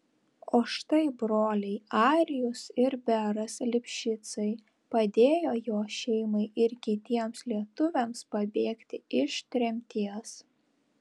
o štai broliai arijus ir beras lipšicai padėjo jo šeimai ir kitiems lietuviams pabėgti iš tremties